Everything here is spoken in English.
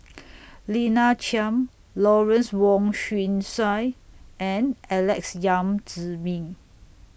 Lina Chiam Lawrence Wong Shyun Tsai and Alex Yam Ziming